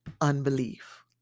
unbelief